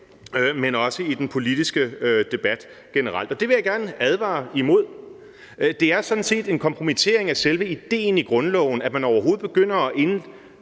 men også i den politiske debat generelt, og det vil jeg gerne advare imod. Det er sådan set en kompromittering af selve ideen i grundloven, at man begynder at indgå